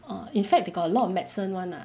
or in fact they got a lot of medicine [one] lah